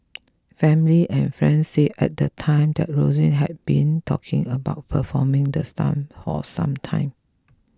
family and friends said at the time that Ruiz had been talking about performing the stunt for some time